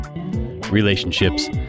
Relationships